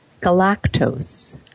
galactose